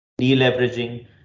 deleveraging